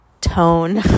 tone